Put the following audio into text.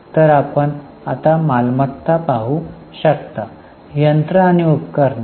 तर आता आपण मालमत्ता पाहू शकता यंत्र आणि उपकरणे